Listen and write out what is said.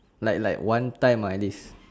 like like one time ah at least